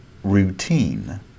routine